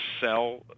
sell